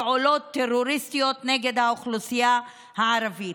פעולות טרוריסטיות נגד האוכלוסייה הערבית.